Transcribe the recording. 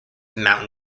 mountain